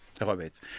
Robert